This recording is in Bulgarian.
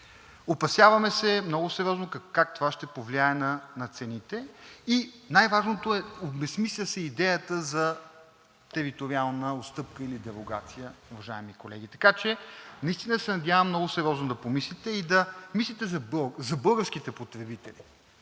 Опасяваме се много сериозно как това ще повлияе на цените и най-важното е – обезсмисля се идеята за териториална отстъпка или дерогация, уважаеми колеги. Така че наистина се надявам много сериозно да помислите и да мислите за българските потребители,